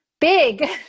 big